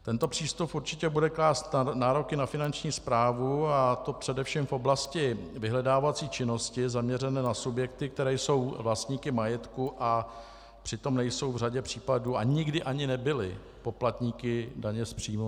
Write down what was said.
Tento přístup určitě bude klást nároky na finanční správu, a to především v oblasti vyhledávací činnosti zaměřené na subjekty, které jsou vlastníky majetku, a přitom nejsou v řadě případů a nikdy ani nebyly poplatníky daně z příjmu.